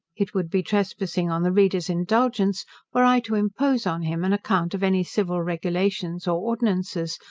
it would be trespassing on the reader's indulgence were i to impose on him an account of any civil regulations, or ordinances,